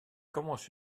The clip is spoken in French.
commence